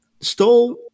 stole –